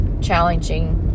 challenging